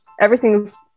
Everything's